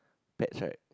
pets right